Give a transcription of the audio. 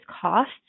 costs